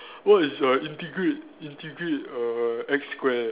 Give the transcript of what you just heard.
what is uh integrate integrate err X square